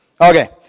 Okay